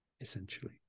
essentially